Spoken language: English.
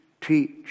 teach